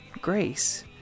grace